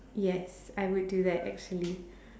yes I would do that actually